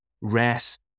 rest